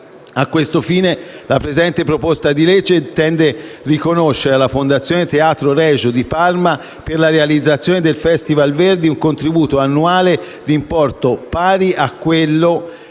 A questo fine, la presente proposta di legge intende riconoscere alla Fondazione Teatro Regio di Parma, per la realizzazione del Festival Verdi, un contributo annuale di importo pari a quello che